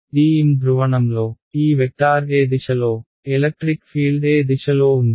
TM ధ్రువణం లో ఈ వెక్టార్ ఏ దిశలో ఎలక్ట్రిక్ ఫీల్డ్ ఏ దిశలో ఉంది